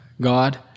God